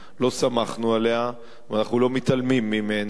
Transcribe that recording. לא שמחנו עליה ואנחנו לא מתעלמים ממנה.